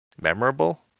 memorable